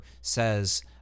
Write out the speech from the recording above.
says